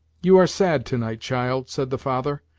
you are sad to-night, child, said the father,